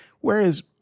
whereas